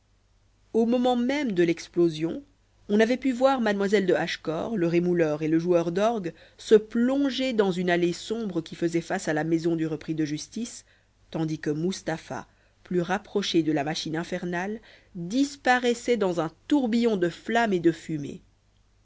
au moment même de l'explosion on avait pu voir mademoiselle de hachecor le rémouleur et le joueur d'orgues se plonger dans une allée sombre qui faisait face à la maison du repris de justice tandis que mustapha plus rapproché de la machine infernale disparaissait dans un tourbillon de flamme et de fumée